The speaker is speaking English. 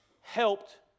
helped